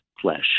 flesh